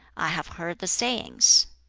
i have heard the sayings.